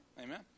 Amen